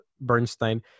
Bernstein